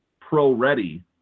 pro-ready